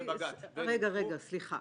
רגע, סליחה.